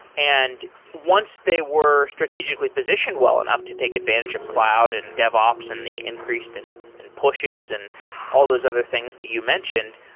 once they were strategically positioned well enough to take advantage of cloud and dev ops and the increased and and pushes and all those other things that you mentioned,